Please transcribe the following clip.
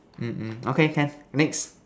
mmhmm okay can next